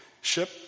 ship